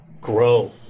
grow